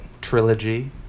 trilogy